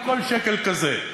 על כל שקל כזה,